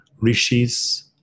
rishis